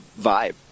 vibe